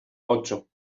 ocho